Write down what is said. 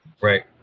Right